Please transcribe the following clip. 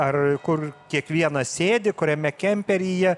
ar kur kiekvienas sėdi kuriame kemperyje